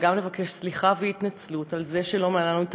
וגם לבקש סליחה ולהתנצל על שלא מנענו את